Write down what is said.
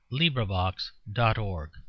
LibriVox.org